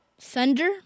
Thunder